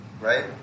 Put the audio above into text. Right